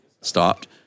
stopped